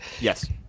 Yes